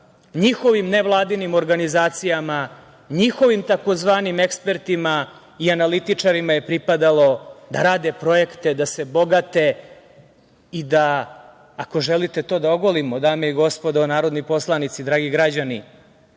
nevladinim organizacijama, njihovim tzv. ekspertima i analitičarima je pripadalo da rade projekte, da se bogate i da ako želite to da ogolimo, dame i gospodo narodni poslanici, dragi građani,